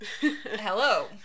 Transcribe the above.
hello